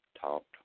talked